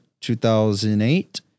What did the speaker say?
2008